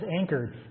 anchored